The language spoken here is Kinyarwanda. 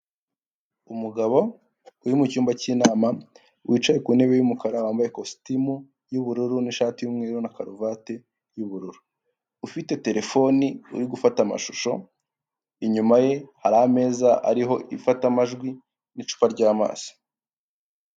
Umugabo uri mucyumba cy'inama wicaye ku ntebe y'umukara wambaye kositimu y'ubururu n'ishati y'umweru na karuvati y'ubururu, ufite terefone uri gufata amashusho inyuma ye hari ameza ariho imfatamajwi n'icupa ry'amazi.